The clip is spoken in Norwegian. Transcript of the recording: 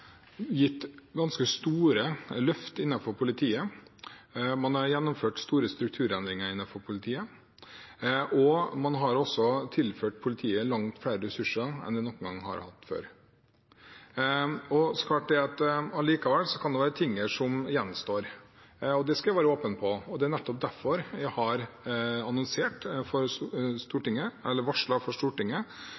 ganske store løft innenfor politiet. Man har gjennomført store strukturendringer innenfor politiet, og man har tilført politiet langt større ressurser enn de noen gang har hatt. Likevel kan det være ting som gjenstår – det skal jeg være åpen om – og det er nettopp derfor jeg har